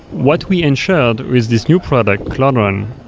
what we ensured with this new product, cloudrun,